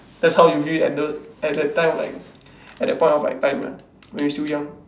that's how you feel at the at that time like at that point of like time ah when you still young